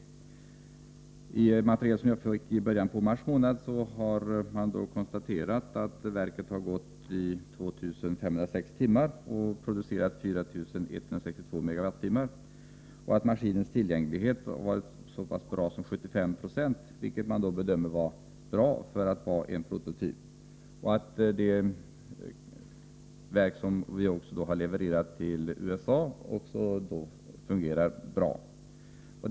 Enligt material som jag fick i mars månad har man konstaterat att verket har gått i 2 506 timmar och producerat 4 162 MWh och att maskinens tillgänglighet har varit så pass bra som 75 96, vilket bedöms som bra för att gälla en prototyp. Det verk som vi har levererat till USA fungerar också bra.